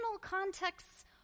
contexts